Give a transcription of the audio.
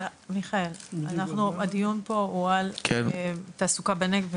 אבל, מיכאל, הדיון פה הוא על תעסוקה בנגב.